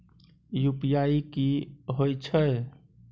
UPI की होय छै?